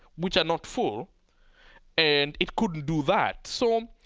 which are not full and it couldn't do that. so, um